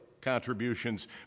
contributions